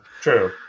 True